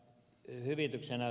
yritys enää